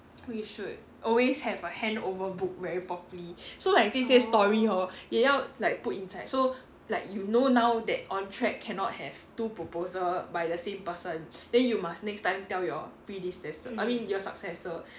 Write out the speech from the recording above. we should always have a handover book very properly so like 这些 story hor 也要 like put inside so like you know now that ontrac cannot have two proposal by the same person then you must next time tell your predecessor I mean your successor